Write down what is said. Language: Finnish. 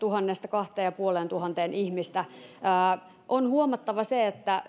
haki kaksituhatta viiva kaksituhattaviisisataa ihmistä on huomattava